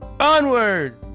Onward